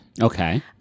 Okay